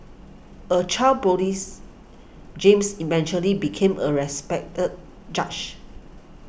a child police James eventually became a respected judge